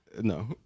No